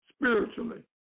spiritually